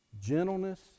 gentleness